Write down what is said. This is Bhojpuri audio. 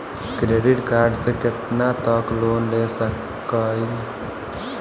क्रेडिट कार्ड से कितना तक लोन ले सकईल?